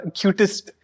cutest